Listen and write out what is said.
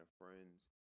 friends